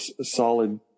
solid